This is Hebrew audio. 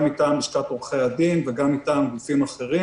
גם מטעם לשכת עורכי הדין וגם מטעם גופים אחרים.